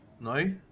No